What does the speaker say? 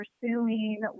pursuing